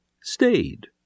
stayed